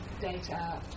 data